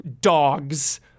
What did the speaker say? dogs